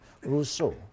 Rousseau